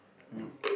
meat